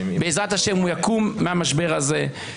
בעזרת השם הוא יקום מהמשבר הזה.